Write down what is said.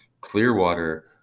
Clearwater